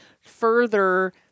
further